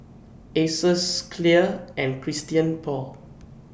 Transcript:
Asos Clear and Christian Paul